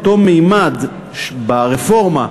אותו ממד ברפורמה,